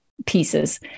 pieces